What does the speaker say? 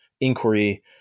inquiry